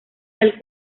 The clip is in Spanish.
del